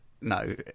No